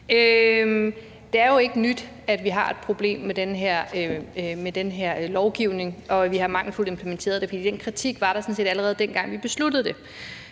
Det er jo ikke nyt, at vi har et problem med den her lovgivning, og at vi har implementeret den mangelfuldt, for den kritik var der sådan set, allerede dengang vi besluttede det.